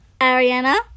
Ariana